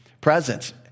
presence